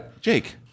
Jake